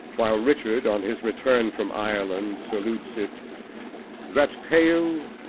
while richard on his return from ireland salutes it that pale,